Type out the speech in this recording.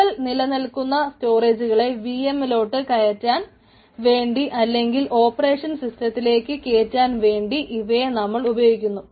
കൂടുതൽ നില നിൽക്കുന്ന സ്റ്റോറേജകളെ വി എം ലോട്ട് കേറ്റാൻ വേണ്ടി അല്ലെങ്കിൽ ഓപ്പറേഷൻ സിസ്റ്റത്തിലേക്ക് കേറ്റാൻ വേണ്ടി ഇവയെ നമ്മൾ ഉപയോഗിയുന്നു